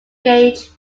gauge